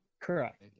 Correct